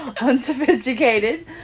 unsophisticated